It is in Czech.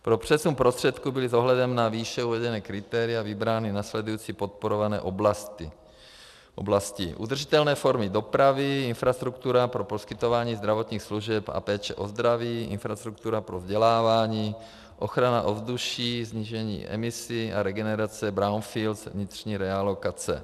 Pro přesun prostředků byly s ohledem na výše uvedená kritéria vybrány následující podporované oblasti: oblasti udržitelné formy dopravy, infrastruktura pro poskytování zdravotních služeb a péče o zdraví, infrastruktura pro vzdělávání, ochrana ovzduší, snížení emisí a regenerace brownfield vnitřní realokace.